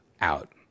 out